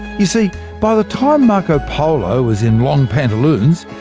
you see by the time marco polo was in long pantaloons,